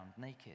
naked